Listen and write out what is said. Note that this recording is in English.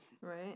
right